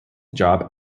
job